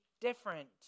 different